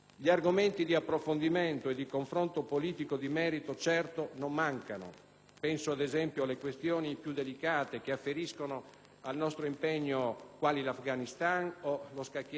penso, ad esempio, alle questioni più delicate, che afferiscono al nostro impegno, quali l'Afghanistan o lo scacchiere mediorientale. È necessario, quindi, che la procedura sia rivista,